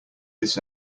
this